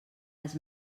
les